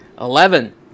Eleven